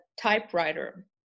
typewriter